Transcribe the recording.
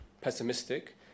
pessimistic